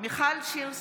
מיכל שיר סגמן,